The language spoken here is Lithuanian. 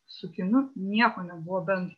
su kinu nieko nebuvo bendra